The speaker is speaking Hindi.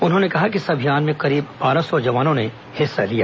उन्होंने कहा कि इस अभियान में करीब बारह सौ जवानों ने हिस्सा लिया